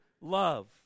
love